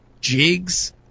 Jigs